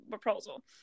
proposal